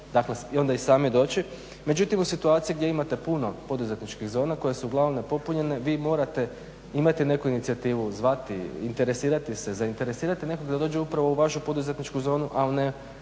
dakle i onda i sami doći. Međutim, u situaciji gdje imate puno poduzetničkih zona koje su uglavnom nepopunjene vi morate imati neku inicijativu, zvati, interesirati se, zainteresirati nekog da dođe upravo u vašu poduzetničku zonu, ali ne